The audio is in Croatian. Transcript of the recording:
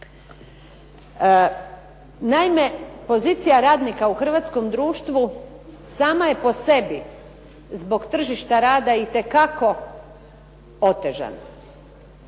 Naime, pozicija radnika u hrvatskom društvu sama je po sebi zbog tržišta rada itekako otežan.